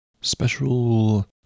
special